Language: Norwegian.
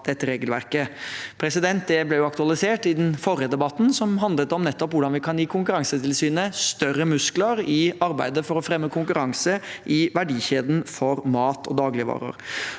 av regelverket. Det ble aktualisert i den forrige debatten, som handlet nettopp om hvordan vi kan gi Konkurransetilsynet større muskler i arbeidet for å fremme konkurranse i verdikjeden for mat og dagligvarer.